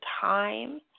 time